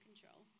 control